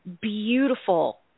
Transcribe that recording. beautiful